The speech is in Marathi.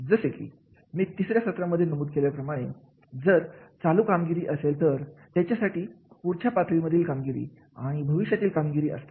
जशी कि मी तिसऱ्या सत्रांमध्ये नमूद केल्याप्रमाणे जर चालू कामगिरी असेल तर त्यांच्यासाठी पुढच्या पातळी मधील कामगिरी आणि भविष्यातील कामगिरी असते